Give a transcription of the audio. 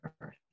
Earth